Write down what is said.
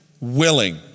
willing